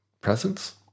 presence